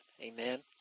Amen